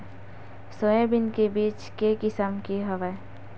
Soybean के बीज के किसम के हवय?